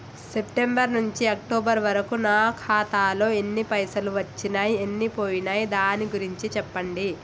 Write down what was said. September నుంచి October వరకు నా ఖాతాలో ఎన్ని పైసలు వచ్చినయ్ ఎన్ని పోయినయ్ దాని గురించి చెప్పండి?